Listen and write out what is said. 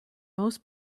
most